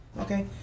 Okay